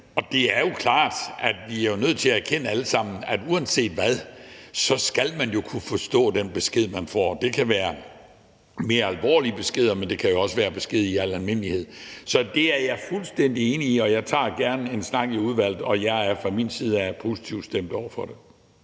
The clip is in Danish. Og det er jo klart, at vi alle sammen er nødt til at erkende, at uanset hvad, skal man jo kunne forstå den besked, man får. Det kan være mere alvorlige beskeder, men det kan jo også være beskeder i al almindelighed. Så det er jeg fuldstændig enig i. Jeg tager gerne en snak om det i udvalget, og jeg er fra min side positivt stemt over for det.